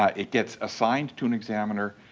um it gets assigned to an examiner,